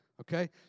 Okay